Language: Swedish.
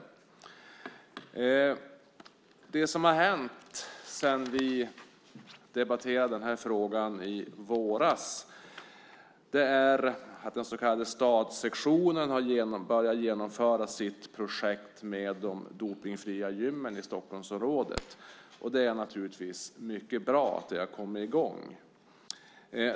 Det första som har hänt sedan vi debatterade frågan i våras är att den så kallade Stadsektionen har börjat genomföra sitt projekt med de dopningsfria gymmen i Stockholmsområdet. Det är naturligtvis mycket bra att det har kommit i gång.